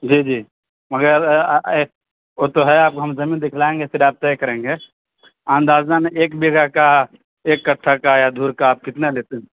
جی جی مگر وہ تو ہے آپ کو ہم زمین دکھلائیں گے پھر آپ طے کریں گے اندازاً ایک بیگھہ کا ایک کٹھا کا یا دھر کا آپ کتنا لیتے ہیں